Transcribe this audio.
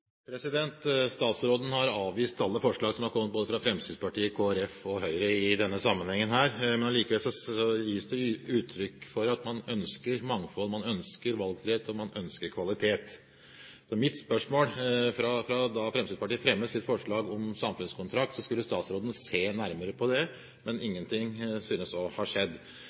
replikkordskifte. Statsråden har avvist alle forslag som har kommet fra både Fremskrittspartiet, Kristelig Folkeparti og Høyre i denne sammenhengen. Likevel gis det uttrykk for at man ønsker mangfold, man ønsker valgfrihet, og man ønsker kvalitet. Da er mitt spørsmål: Da Fremskrittspartiet fremmet sitt forslag om samfunnskontrakt, skulle statsråden se nærmere på det, men ingenting synes å ha skjedd.